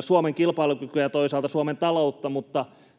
Suomen kilpailukykyä ja toisaalta Suomen taloutta, mutta